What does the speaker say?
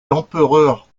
l’empereur